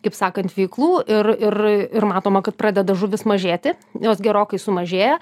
kaip sakant veiklų ir ir ir matoma kad pradeda žuvis mažėti jos gerokai sumažėja